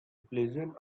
pleasant